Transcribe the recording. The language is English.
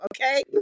okay